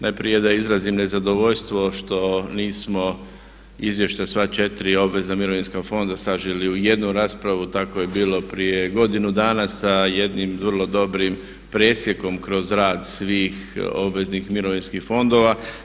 Najprije da izrazim nezadovoljstvo što nismo izvještaj o sva 4 obvezna mirovinska fonda saželi u jednu raspravu tako je bilo godinu dana sa jednim dobrim presjekom kroz rad svih obveznih mirovinskim fondova.